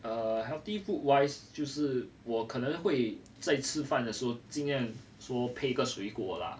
err healthy food wise 就是我可能会在吃饭的时后尽量说配一个水果啦